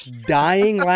dying